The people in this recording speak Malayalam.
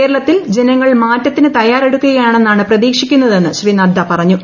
കേരളത്തിൽ ജനങ്ങൾ മാറ്റത്തിന് തയ്യാറെടുക്കുകയാണെന്നാണ് പ്രതീക്ഷിക്കുന്നതെന്ന് ശ്രീ നദ്ദ പറഞ്ഞു